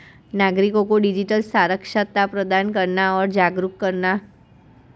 नागरिको को डिजिटल साक्षरता प्रदान करना और जागरूक करना